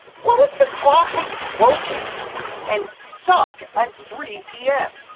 what if the clock was broken and stuck at three pm?